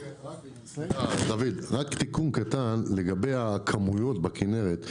רק תיקון קטן לגבי הכמויות בכנרת: